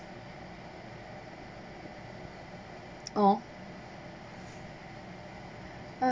oh